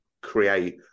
create